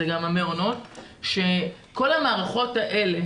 זה גם המעונות שכל המערכות האלה,